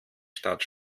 stadt